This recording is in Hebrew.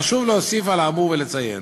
חשוב להוסיף על האמור ולציין